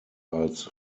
als